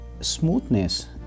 smoothness